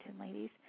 ladies